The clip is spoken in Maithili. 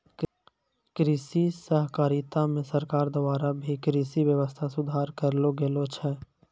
कृषि सहकारिता मे सरकार द्वारा भी कृषि वेवस्था सुधार करलो गेलो छै